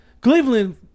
Cleveland